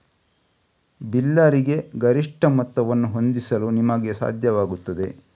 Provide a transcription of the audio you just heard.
ಬಿಲ್ಲರಿಗೆ ಗರಿಷ್ಠ ಮೊತ್ತವನ್ನು ಹೊಂದಿಸಲು ನಿಮಗೆ ಸಾಧ್ಯವಾಗುತ್ತದೆ